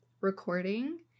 recording